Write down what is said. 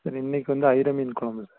sir இன்றைக்கு வந்து ஐயிர மீன் கொழம்பு சார்